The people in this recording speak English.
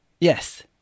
Yes